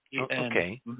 Okay